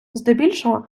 здебільшого